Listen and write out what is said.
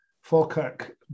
Falkirk